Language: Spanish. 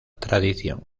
tradición